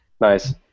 Nice